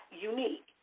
unique